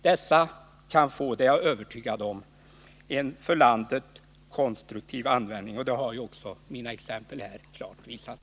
Dessa kan få — det är jag övertygad om — en för landet konstruktiv användning, och det har också mina exempel här klart visat.